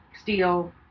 steel